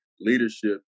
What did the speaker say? leadership